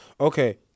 Okay